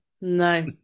No